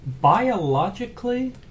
biologically